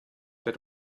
that